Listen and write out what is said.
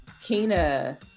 Kina